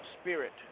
spirit